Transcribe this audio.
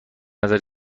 نظر